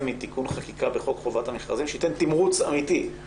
מתיקון חקיקה בחוק חובת המכרזים שייתן תמרוץ אמיתי,